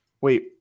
Wait